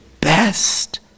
best